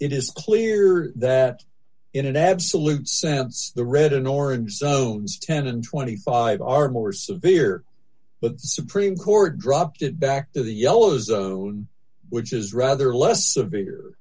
it is clear that in an absolute sense the red in or and so is ten and twenty five are more severe but the supreme court dropped it back to the yellows which is rather less severe